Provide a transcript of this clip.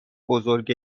بزرگ